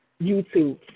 YouTube